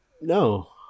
no